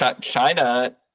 china